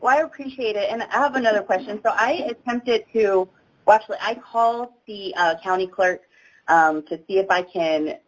i appreciate it. and i have another question. so i attempted to watch the i call the county clerk um to see if i can